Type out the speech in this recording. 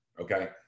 okay